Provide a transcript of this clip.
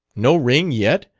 no ring yet,